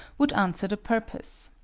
would answer the purpose.